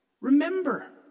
Remember